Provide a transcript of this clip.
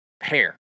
hair